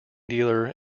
dealer